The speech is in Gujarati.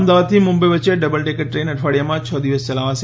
અમદાવાદથી મુંબઈ વચ્ચે ડબલ ડેકર ટ્રેન અઠવાડિયામાં છ દિવસ ચલાવાશે